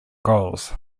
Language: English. goals